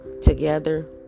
Together